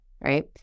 right